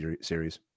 series